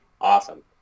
awesome